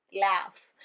laugh